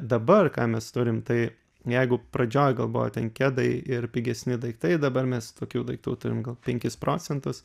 dabar ką mes turim tai jeigu pradžioj gal buvo ten kedai ir pigesni daiktai dabar mes tokių daiktų turim gal penkis procentus